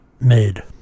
made